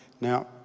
Now